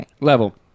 level